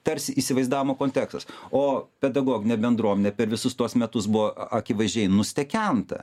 tarsi įsivaizdavimo kontekstas o pedagoginė bendruomenė per visus tuos metus buvo akivaizdžiai nustekenta